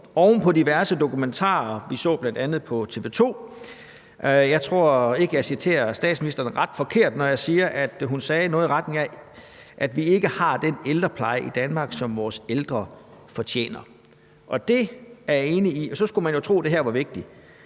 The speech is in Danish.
oven på diverse dokumentarer, som vi bl.a. har set på TV 2, og jeg tror ikke, jeg citerer statsministeren ret forkert, når jeg siger, at det, hun sagde, var noget i retning af, at vi ikke har den ældrepleje i Danmark, som vores ældre fortjener. Og det er jeg enig i, og så skulle man jo tro, at det her var vigtigt.